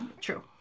True